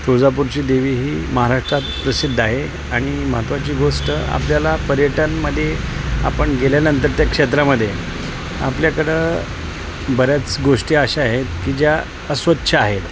तळजापूरची देवी ही महाराष्ट्रात प्रसिद्ध आहे आणि महत्त्वाची गोष्ट आपल्याला पर्यटनमध्ये आपण गेल्यानंतर त्या क्षेत्रामध्ये आपल्याकडं बऱ्याच गोष्टी अशा आहेत की ज्या अस्वच्छ आहेत